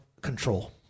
control